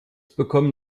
bekommen